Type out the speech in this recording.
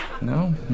No